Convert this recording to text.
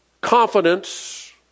confidence